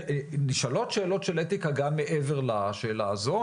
נשאלות שאלות של אתיקה גם מעבר לשאלה הזו,